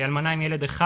אלמנה עם ילד אחד,